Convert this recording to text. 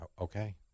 okay